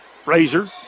Frazier